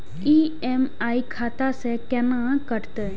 EMI खाता से केना कटते?